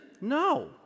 No